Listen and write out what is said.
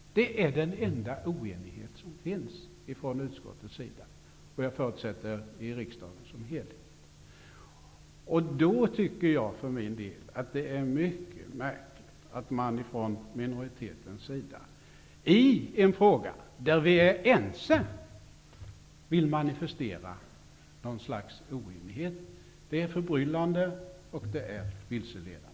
Det är den enda oenighet som finns i utskottet och, förutsätter jag, i riksdagen som helhet. Jag för min del tycker att det är mycket märkligt att minoriteten vill manifestera något slags oenighet i en fråga där vi är ense. Det är förbryllande och vilseledande.